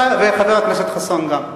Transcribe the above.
אתה וחבר הכנסת חסון גם.